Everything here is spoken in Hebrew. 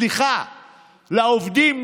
סליחה, לעובדים.